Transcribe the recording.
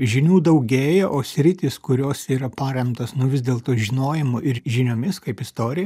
žinių daugėja o sritys kurios yra paremtos nu vis dėlto žinojimu ir žiniomis kaip istorija